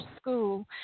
school